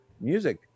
music